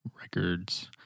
records